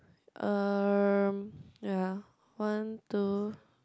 um yea one two